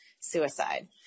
suicide